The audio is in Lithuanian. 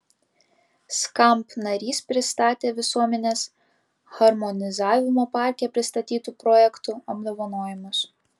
skamp narys pristatė visuomenės harmonizavimo parke pristatytų projektų apdovanojimus